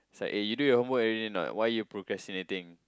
it's like eh you do your homework already not why you procrastinating